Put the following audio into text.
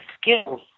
skills